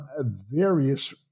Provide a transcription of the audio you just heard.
various